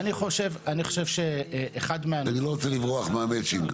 כי אני לא רוצה לברוח מהמצ'ינג.